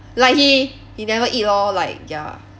like he he never eat lor like ya